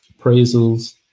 Appraisals